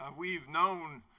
ah we've known